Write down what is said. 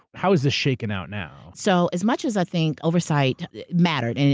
how is this shaken out now? so as much as i think oversight mattered, and